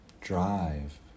drive